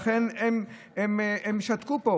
לכן הם שתקו פה.